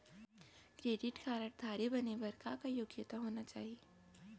Credit card धारी बने बर का का योग्यता होना चाही?